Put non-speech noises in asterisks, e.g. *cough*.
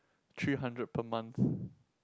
three hundred per month *breath*